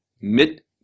mit